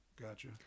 Gotcha